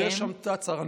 שיש שם תת-שר.